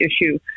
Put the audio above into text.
issue